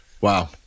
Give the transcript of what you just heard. Wow